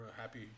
happy